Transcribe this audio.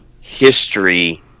history